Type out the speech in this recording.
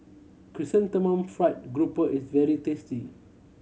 Chrysanthemum Fried Grouper is very tasty